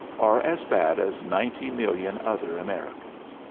are as bad as ninety million other americans.